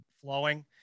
flowing